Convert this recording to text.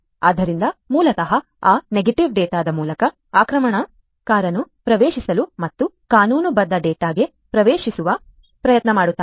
ಆದ್ದರಿಂದ ಮೂಲತಃ ಆ ನೆಗೆಟಿವ್ ಡೇಟಾದ ಮೂಲಕ ಆಕ್ರಮಣಕಾರನು ಪ್ರವೇಶಿಸಲು ಮತ್ತು ಕಾನೂನುಬದ್ಧ ಡೇಟಾಗೆ ಪ್ರವೇಶ ಪಡೆಯಲು ಪ್ರಯತ್ನಿಸುತ್ತಾನೆ